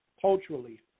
culturally